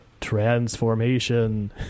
Transformation